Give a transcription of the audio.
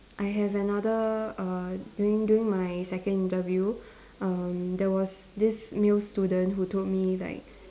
I have another err during during my second interview erm there was this male student who told me like